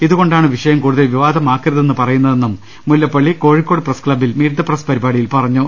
ഇതുകൊണ്ടാണ് വിഷയം കൂടുതൽ വിവാദമാക്കരുതെന്ന് പറയുന്നതെന്നും മുല്ലപ്പള്ളി കോഴിക്കോട് പ്രസ് ക്ലബിൽ മീറ്റ് ദി പ്രസ് പരിപാടിയിൽ പറഞ്ഞു